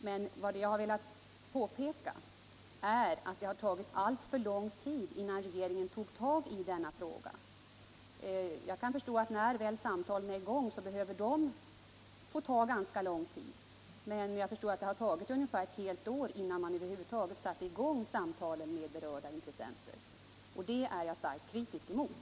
Med det anförda som bakgrund vill jag till statsrådet Britt Mogård ställa följande fråga: Avser statsrådet att ta initiativ som syftar till att förbättra skolans information till eleverna om gällande rättsregler på arbetsmarknaden?